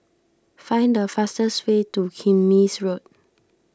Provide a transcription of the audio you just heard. find the fastest way to Kismis Road